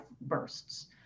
bursts